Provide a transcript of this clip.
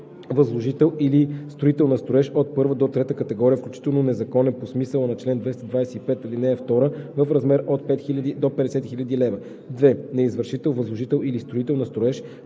възложител или строител на строеж от първа до трета категория включително, незаконен по смисъла на чл. 225, ал. 2 – в размер от 5000 до 50 000 лв.; 2. на извършител, възложител или строител на строеж